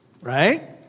Right